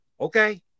Okay